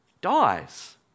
dies